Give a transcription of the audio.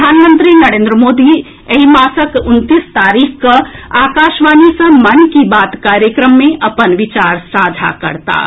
प्रधानमंत्री नरेन्द्र मोदी एहि मासक उनतीस तारीख कऽ आकाशवाणी सँ मन की बात कार्यक्रम मे अपन विचार साझा करताह